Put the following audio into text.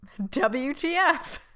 WTF